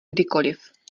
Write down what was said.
kdykoliv